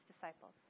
disciples